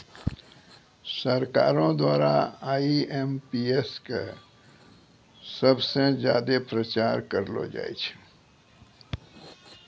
सरकारो द्वारा आई.एम.पी.एस क सबस ज्यादा प्रचार करलो जाय छै